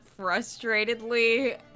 frustratedly